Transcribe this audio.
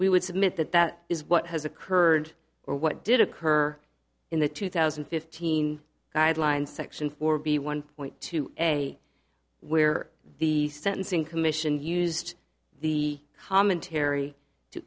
we would submit that that is what has occurred or what did occur in the two thousand and fifteen guidelines section four b one point two a where the sentencing commission used the commentary to